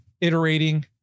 iterating